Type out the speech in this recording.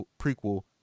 prequel